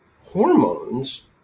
hormones